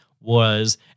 was-